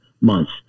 months